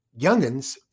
youngins